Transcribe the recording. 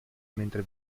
mentre